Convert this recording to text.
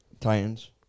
Titans